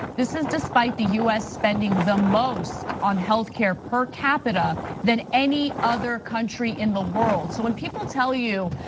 this is despite the us spending the most on health care per capita than any other country in the world. so when people tell you,